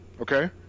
okay